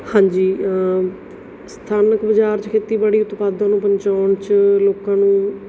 ਹਾਂਜੀ ਸਥਾਨਕ ਬਾਜ਼ਾਰ 'ਚ ਖੇਤੀਬਾੜੀ ਉਤਪਾਦਾਂ ਨੂੰ ਪਹੁੰਚਾਉਣ 'ਚ ਲੋਕਾਂ ਨੂੰ